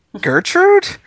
Gertrude